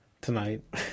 tonight